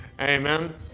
amen